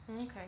Okay